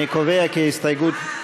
אני קובע כי הסתייגות מס' 2,